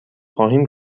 خواهیم